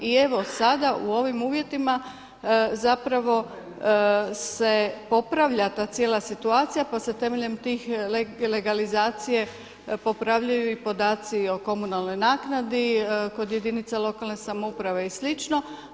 I evo, sada u ovim uvjetima zapravo se popravlja ta cijela situacija, pa se temeljem tih legalizacije popravljaju i podaci o komunalnoj naknadi kod jedinica lokalne samouprave i slično.